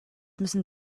müssen